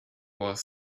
was